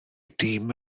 dîm